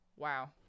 Wow